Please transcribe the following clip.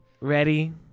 Ready